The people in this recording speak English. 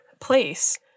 place